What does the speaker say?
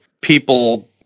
people